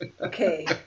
okay